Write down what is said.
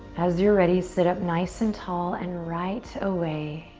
as you're ready, sit up nice and tall and right away,